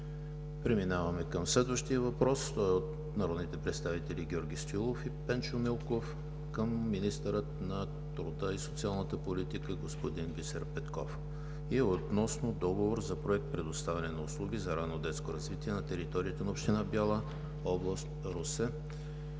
Преминаваме към следващия въпрос от народните представители Георги Стоилов и Пенчо Милков към министъра на труда и социалната политика – господин Бисер Петков, относно договор за Проект „Предоставяне на услуги за ранно детско развитие“ на територията на община Бяла, област Русе.